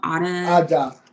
Ada